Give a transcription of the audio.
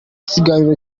kiganiro